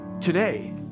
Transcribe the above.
Today